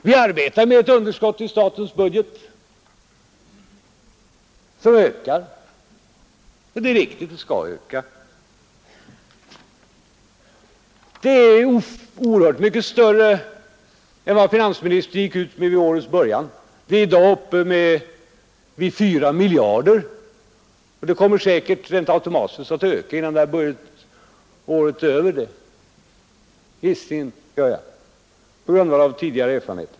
Vi arbetar med ett underskott i statens budget som ökar, Det är riktigt — det skall öka. Det är oerhört mycket större än vad finansministern gick ut med vid årets början, Det är i dag uppe i fyra miljarder, och det kommer säkerligen rent automatiskt att öka innan detta budgetår är över — den gissningen gör jag på grundval av tidigare erfarenheter.